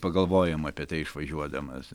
pagalvojam apie tai išvažiuodamas